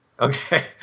okay